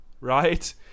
right